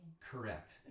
correct